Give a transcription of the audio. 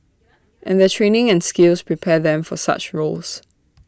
and their training and skills prepare them for such roles